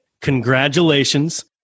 congratulations